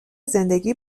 زندگی